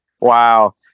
Wow